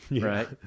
right